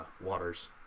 waters